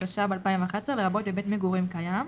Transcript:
התשע"ב-2011 לרבות בבית מגורים קיים,